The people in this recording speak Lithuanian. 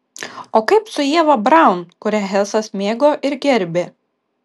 o kaip su ieva braun kurią hesas mėgo ir gerbė